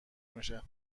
میشه